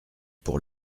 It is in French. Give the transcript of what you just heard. pour